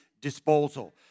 disposal